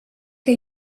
que